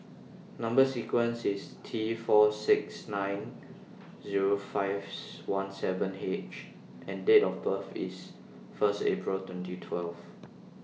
Number sequences IS T four six nine Zero five one seven H and Date of birth IS First April twenty twelve